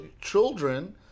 children